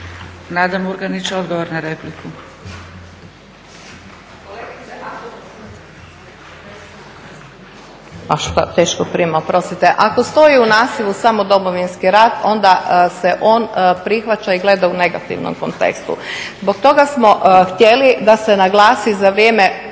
**Murganić, Nada (HDZ)** Ako stoji u nazivu samo Domovinski rat onda se on prihvaća i gleda u negativnom kontekstu. Zbog toga smo htjeli da se naglasi za vrijeme